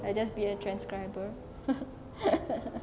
I just be a transcriber